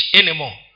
anymore